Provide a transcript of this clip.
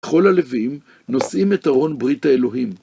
כל הלוויים נושאים את ארון ברית האלוהים.